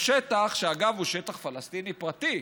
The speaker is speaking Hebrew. בשטח שאגב, הוא שטח פלסטיני פרטי,